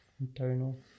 internal